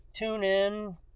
TuneIn